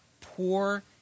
poor